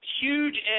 huge